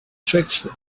traction